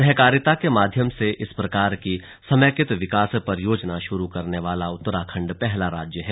सहकारिता के माध्यम से इस प्रकार की समेकित विकास परियोजना शुरू करने वाला उत्तराखण्ड पहला राज्य है